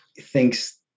thinks